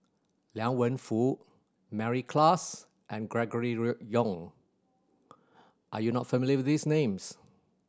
Liang Wenfu Mary Klass and Gregory Road Yong are you not familiar with these names